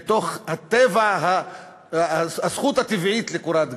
מתוך הזכות הטבעית לקורת גג.